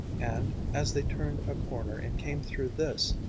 and, as they turned a corner and came through this,